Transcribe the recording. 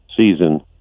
season